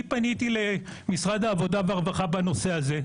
פניתי למשרד העבודה והרווחה בנושא הזה,